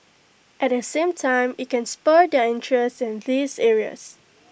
at the same time IT can spur their interest in these areas